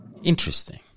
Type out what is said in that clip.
interesting